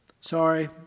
sorry